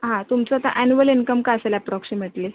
हां तुमचं आता ॲन्युवल इन्कम काय असेल अप्रॉक्सिमेट्लि